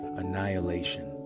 annihilation